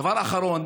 דבר אחרון,